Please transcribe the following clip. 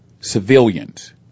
civilians